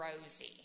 Rosie